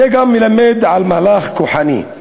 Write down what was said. זה גם מלמד על מהלך כוחני.